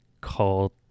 called